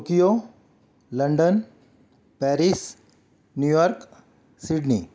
Tokyo London Paris New York Sydney